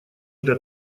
эта